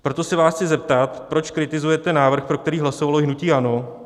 Proto se vás chci zeptat, proč kritizujete návrh, pro který hlasovalo hnutí ANO?